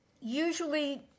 usually